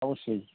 অবশ্যই